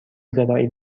زراعی